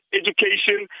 education